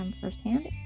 firsthand